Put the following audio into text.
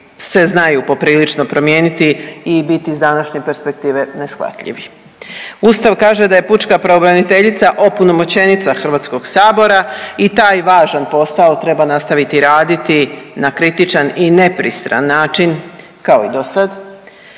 se znaju poprilično promijeniti i biti iz današnje perspektive neshvatljivi. Ustav kaže da je pučka pravobraniteljica opunomoćenica Hrvatskog sabora i taj važan posao treba nastaviti raditi na kritičan i nepristran način kao i dosad.